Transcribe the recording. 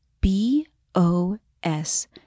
B-O-S